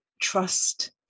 trust